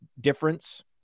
difference